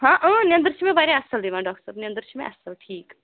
نیٚدٕر چھِ مےٚ واریاہ اصٕل یِوان ڈاکٹر صٲب نیٚدٕر چھِ مےٚ اصٕل ٹھیٖک